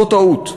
זאת טעות.